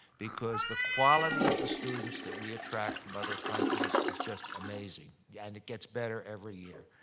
because the quality of the students that we attract from other countries is just amazing, yeah and it gets better every year.